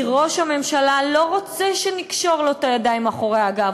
כי ראש הממשלה לא רוצה שנקשור לו את הידיים מאחורי הגב,